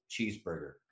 cheeseburger